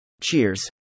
Cheers